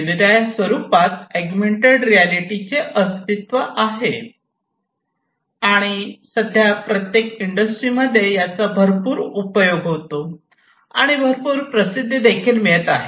निरनिराळ्या स्वरूपात अगुमेन्टेड रियालिटीचे अस्तित्व आहे आणि सध्या प्रत्येक इंडस्ट्रीमध्ये याचा उपयोग होतो आणि भरपूर प्रसिद्धी मिळत आहे